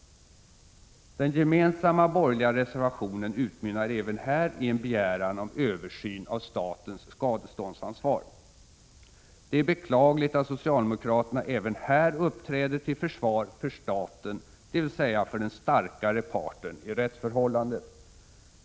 Den gemensamma borgerliga reservationen utmynnar även här i en begäran om översyn av statens skadeståndsansvar. Det är beklagligt att socialdemokraterna även här uppträder till försvar för staten, dvs. för den starkare parten i rättsförhållandet.